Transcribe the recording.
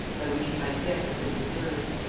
by which he might yet have been preserved.